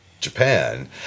Japan